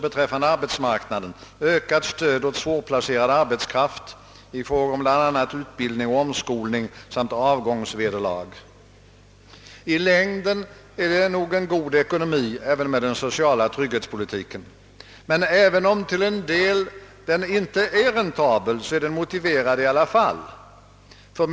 Herr Wickman låtsar — han kan ju inte gärna tro på det själv — att vi föreslår inrättandet av en sådan statlig bank under tolv månader. Han vill verkligen ge oss intrycket av att han inte kan skilja på saker.